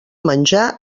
menjar